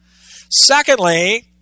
Secondly